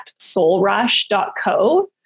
soulrush.co